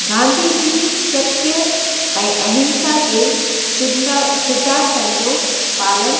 गांधीअ जी सत्य ऐं अहिंसा जे सिदा सिद्धांतनि जो पालनु